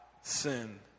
sin